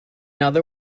other